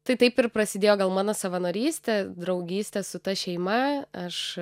tai taip ir prasidėjo gal mano savanorystė draugyste su ta šeima aš